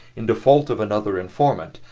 in default of another informant,